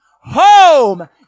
home